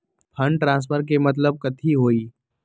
Fund transfer के मतलब कथी होई?